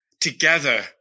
together